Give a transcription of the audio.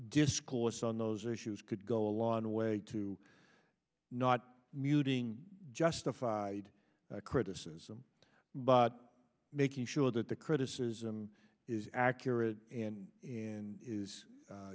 discourse on those issues could go a long way to not muting justified criticism but making sure that the criticism is accurate and and is